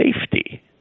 safety